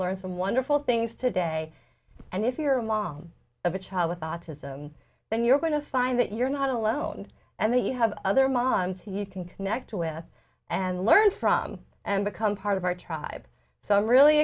learn some wonderful things today and if you're a mom of a child with autism then you're going to find that you're not alone and that you have other moms who you can connect with and learn from and become part of our tribe so i'm really